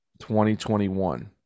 2021